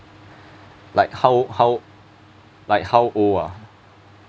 like how how like how old ah